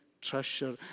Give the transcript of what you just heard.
treasure